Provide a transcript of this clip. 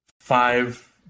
Five